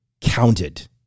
counted